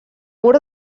mur